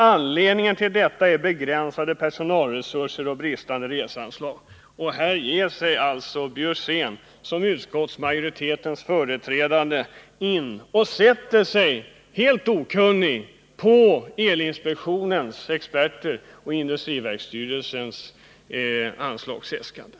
Anledningen till detta är begränsade personalresurser och bristande reseanslag.” Här ger sig alltså Karl Björzén, som utskottsmajoritetens företrädare, in och sätter sig helt okunnigt på elinspektionens experters och industriverksstyrelsens anslagsäskanden.